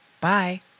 Bye